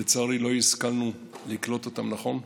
לצערי לא השכלנו לקלוט אותם נכון,